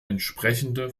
entsprechende